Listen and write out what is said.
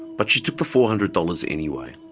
but she took the four hundred dollars anyway.